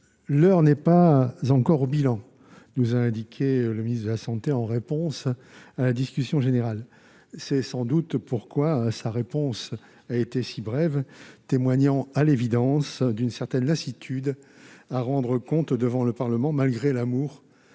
L'heure n'est pas encore au bilan », a indiqué le ministre de la santé en réponse aux premiers orateurs de notre débat. C'est sans doute pourquoi sa réponse a été si brève, témoignant à l'évidence d'une certaine lassitude à devoir rendre compte devant le Parlement, malgré l'amour